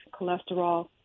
cholesterol